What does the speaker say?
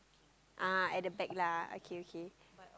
ah at the back lah okay okay